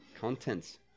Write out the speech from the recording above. Contents